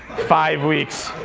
five weeks.